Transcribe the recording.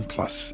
Plus